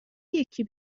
یکی